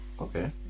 Okay